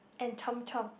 and Chomp Chomp